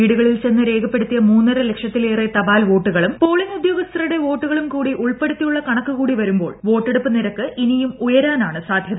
വീടുകളിൽ ചെന്ന് രേഖ്പ്പെടുത്തിയ മൂന്നര ലക്ഷത്തിലേറെ തപാൽവോട്ടുകളും പോളിങ് ഉദ്യോഗസ്ഥരുടെ വോട്ടുകളും കൂടി ഉൾപ്പെടുത്തിയുള്ള കണ്ണുക്കുകൂടി വരുമ്പോൾ വോട്ടെടുപ്പ് നിരക്ക് ഇനിയും ഉയരാനാണ് സാ്ധ്യത